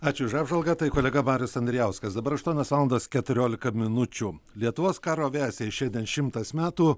ačiū už apžvalgą tai kolega baris andrijauskas dabar aštuonios valandos keturiolika minučių lietuvos karo aviacijai šiandien šimtas metų